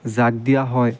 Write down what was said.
জাক দিয়া হয়